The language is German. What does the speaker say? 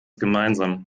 gemeinsam